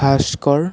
Bhaskar